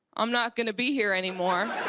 i'm not going to be here any more.